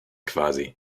quasi